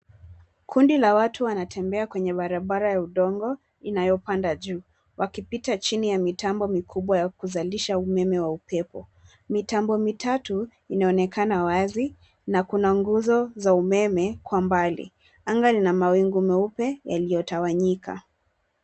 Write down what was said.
Kundi la watu wanatembea kwenye barabara ya udongo inayopanda juu, wakipita chini ya mitambo mikubwa ya kuzalisha umeme wa upepo. Mitambo mitatu inaonekana wazi, na kuna nguzo za umeme kwa mbali. Anga lina mawingu meupe yaliyotawanyika.